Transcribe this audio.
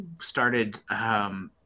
started –